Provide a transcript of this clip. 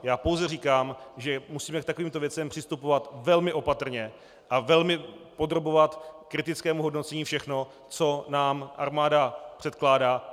Já pouze říkám, že musíme k takovýmto věcem přistupovat velmi opatrně a velmi podrobovat kritickému hodnocení všechno, co nám armáda předkládá.